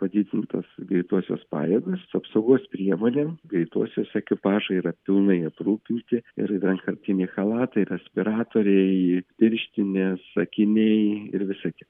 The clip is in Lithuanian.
padidintos greitosios pajėgos apsaugos priemonėm greitosios ekipažai yra pilnai aprūpinti ir vienkartiniai chalatai respiratoriai pirštinės akiniai ir visa kita